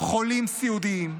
חולים סיעודיים,